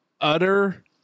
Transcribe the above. utter